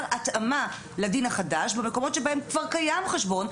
התאמה לדין החדש במקומות שבהם כבר קיים חשבון,